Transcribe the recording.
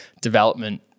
development